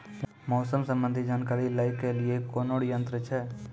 मौसम संबंधी जानकारी ले के लिए कोनोर यन्त्र छ?